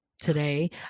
Today